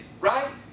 Right